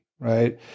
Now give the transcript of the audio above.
right